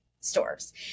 stores